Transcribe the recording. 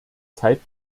zeit